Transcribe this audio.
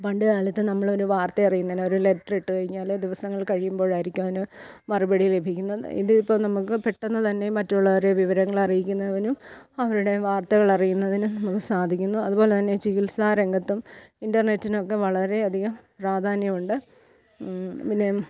പണ്ട് കാലത്ത് നമ്മൾ ഒരു വാർത്ത അറിയുന്ന ഒരു ലെറ്റർ ഇട്ടു കഴിഞ്ഞാൽ ദിവസങ്ങൾ കഴിയുമ്പോഴായിരിക്കും അതിന് മറുപടി ലഭിക്കുന്നത് ഇതിപ്പോൾ നമുക്ക് പെട്ടെന്ന് തന്നെ മറ്റുള്ളവരെ വിവരങ്ങൾ അറിയിക്കുവാനും അവരുടെ വാർത്തകൾ അറിയുന്നതിനും നമുക്ക് സാധിക്കുന്നു അതുപോലെ തന്നെ ചികിത്സാരംഗത്തും ഇൻ്റർനെറ്റിനൊക്കെ വളരെയധികം പ്രാധാന്യം ഉണ്ട് പിന്നെ